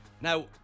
Now